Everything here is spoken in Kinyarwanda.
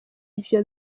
ivyo